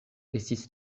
estis